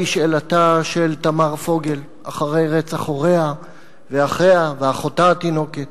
שאלתה של תמר פוגל אחרי רצח הוריה ואחיה ואחותה התינוקת,